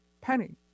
penny